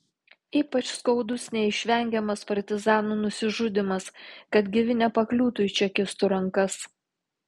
ypač skaudus neišvengiamas partizanų nusižudymas kad gyvi nepakliūtų į čekistų rankas